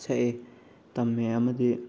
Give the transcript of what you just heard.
ꯁꯛꯑꯦ ꯇꯝꯃꯦ ꯑꯃꯗꯤ